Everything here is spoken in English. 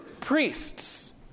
Priests